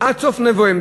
עד סוף נובמבר,